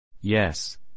Yes